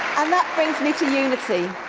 um that brings me to unity.